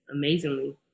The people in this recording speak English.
amazingly